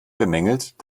bemängelt